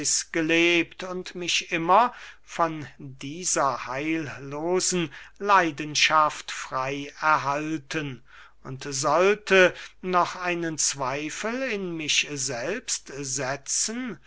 gelebt und mich immer von dieser heillosen leidenschaft frey erhalten und sollte noch einen zweifel in mich selbst setzen